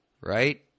Right